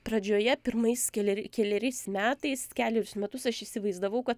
pradžioje pirmais keleri keleriais metais kelerius metus aš įsivaizdavau kad